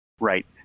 Right